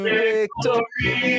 victory